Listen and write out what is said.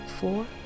four